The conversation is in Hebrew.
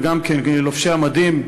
וגם לובשי המדים,